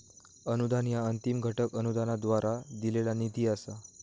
अनुदान ह्या अंतिम घटक अनुदानाद्वारा दिलेला निधी असा